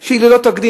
היא ללא תקדים,